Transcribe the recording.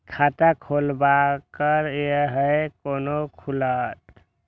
खाता खोलवाक यै है कोना खुलत?